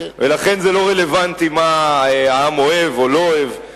ולכן זה לא רלוונטי מה העם אוהב או לא אוהב בעניין הזה.